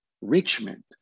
Richmond